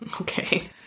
Okay